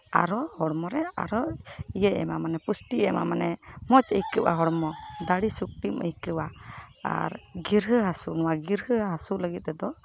ᱟᱨᱚ ᱦᱚᱲᱢᱚ ᱨᱮ ᱟᱨᱚ ᱤᱭᱟᱹᱭ ᱮᱢᱟ ᱢᱟᱱᱮ ᱯᱩᱥᱴᱤᱭ ᱮᱢᱟ ᱢᱟᱱᱮ ᱢᱚᱡᱽ ᱟᱹᱭᱠᱟᱹᱜᱼᱟ ᱦᱚᱲᱢᱚ ᱫᱟᱲᱮ ᱥᱚᱠᱛᱤᱢ ᱟᱹᱭᱠᱟᱹᱣᱟ ᱟᱨ ᱜᱤᱨᱦᱟᱹ ᱦᱟᱹ ᱥᱩ ᱱᱚᱣᱟ ᱜᱤᱨᱦᱟᱹ ᱦᱟᱥᱩ ᱞᱟᱹᱜᱤᱫ ᱛᱮᱫᱚ